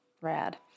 rad